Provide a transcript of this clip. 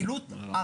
לפעילות.